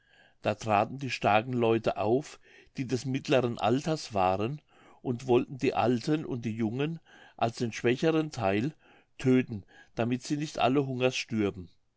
da traten die starken leute auf die des mittleren alters waren und wollten die alten und die jungen als den schwächeren theil tödten damit sie nicht alle hungers stürben